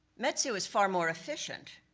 metsu was far more efficient,